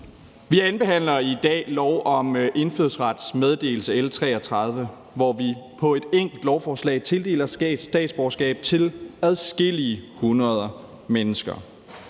Vi andenbehandler i dag forslag til lov om indfødsrets meddelelse, nemlig L 33, hvor vi med et enkelt lovforslag tildeler statsborgerskab til adskillige hundrede mennesker